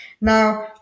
Now